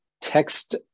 text